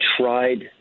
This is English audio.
tried